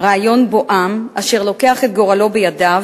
רעיון שבו עם אשר לוקח את גורלו בידיו